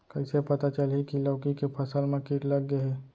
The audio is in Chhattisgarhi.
कइसे पता चलही की लौकी के फसल मा किट लग गे हे?